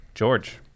George